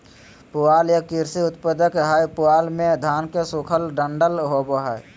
पुआल एक कृषि उपोत्पाद हय पुआल मे धान के सूखल डंठल होवो हय